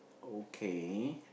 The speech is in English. okay